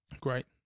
Great